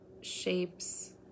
shapes